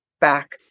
back